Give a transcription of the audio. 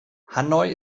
hanoi